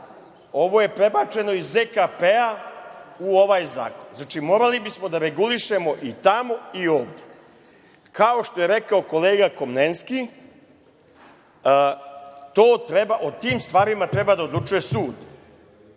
ovo je prebačeno iz ZKP u ovaj zakon. Znači, morali bismo da regulišemo i tamo i ovde. Kao što je rekao kolega Komlenski, o tim stvarima treba da odlučuje sud,